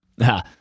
Ha